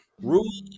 Rule